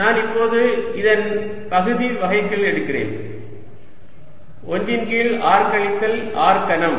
நான் இப்போது இதன் பகுதி வகைக்கெழு எடுக்கிறேன் 1 ன் கீழ் r கழித்தல் r கனம்